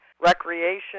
recreation